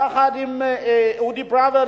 יחד עם אודי פראוור,